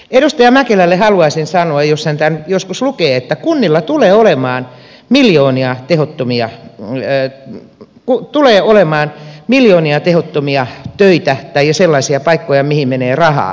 edustaja mäkelälle haluaisin sanoa jos hän tämän joskus lukee että kunnilla tulee olemaan miljoonia tehottomia kulje mutta kun tulee olemaan miljoonia tehottomia töitä tai sellaisia paikkoja mihin menee rahaa